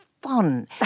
fun